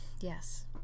Yes